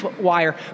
wire